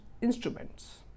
instruments